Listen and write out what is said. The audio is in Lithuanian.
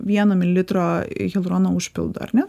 vieno mililitro hialurono užpildo ar ne